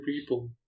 people